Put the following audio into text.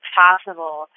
possible